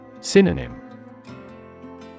Synonym